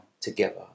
together